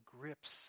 grips